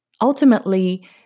Ultimately